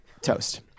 toast